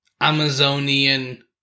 Amazonian